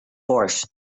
force